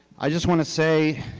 i just want to say,